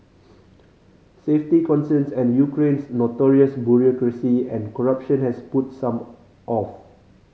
safety concerns and Ukraine's notorious bureaucracy and corruption has put some off